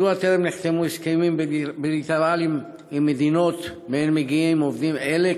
2. מדוע טרם נחתמו הסכמים בילטרליים עם מדינות שמהן מגיעים עובדים אלו,